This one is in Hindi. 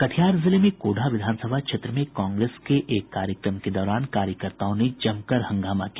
कटिहार जिले में कोढ़ा विधानसभा क्षेत्र में कांग्रेस के एक कार्यक्रम के दौरान कार्यकर्ताओं ने जमकर हंगामा किया